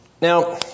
Now